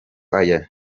aya